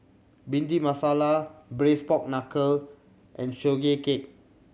Bhindi Masala Braised Pork Knuckle and Sugee Cake